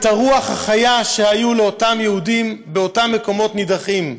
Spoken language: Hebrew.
את הרוח החיה שהייתה לאותם יהודים באותם מקומות נידחים,